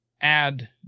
add